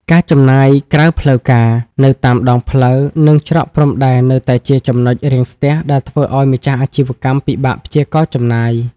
ការចំណាយក្រៅផ្លូវការ នៅតាមដងផ្លូវ និងច្រកព្រំដែន នៅតែជាចំណុចរាំងស្ទះដែលធ្វើឱ្យម្ចាស់អាជីវកម្មពិបាកព្យាករណ៍ចំណាយ។